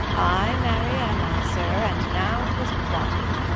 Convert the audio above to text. ay, marry, am i, sir, and now tis plotted.